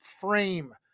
frame